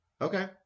okay